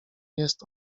jest